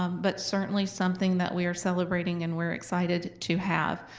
um but certainly something that we are celebrating and we're excited to have.